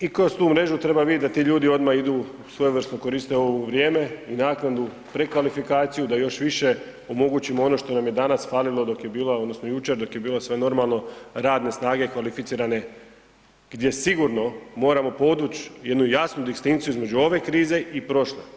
I kroz tu mrežu treba vidjet da ti ljudi odmah idu svojevrsno koriste ovo vrijeme i naknadu prekvalifikaciju da još više omogućimo ono što nam je danas falilo dok je bila odnosno jučer dok je bilo sve normalno, radne snage kvalificirane gdje sigurno moramo podvuć jednu jasnu distinkciju između ove krize i prošle.